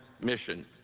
mission